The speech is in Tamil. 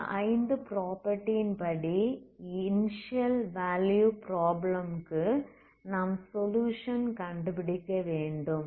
இந்த 5 ப்ராப்பர்ட்டி ன் படி இனிஸியல் வேல்யூ ப்ராப்ளம் க்கு நாம் சொலுயுஷன் கண்டுபிடிக்க முடியும்